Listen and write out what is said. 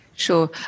Sure